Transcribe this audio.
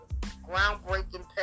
groundbreaking